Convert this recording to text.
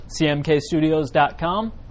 cmkstudios.com